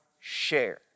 share